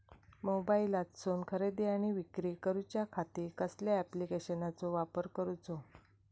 मोबाईलातसून खरेदी आणि विक्री करूच्या खाती कसल्या ॲप्लिकेशनाचो वापर करूचो?